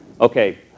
Okay